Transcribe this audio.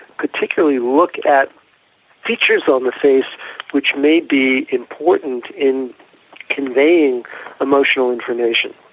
particularly look at features on the face which may be important in conveying emotional information.